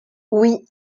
oui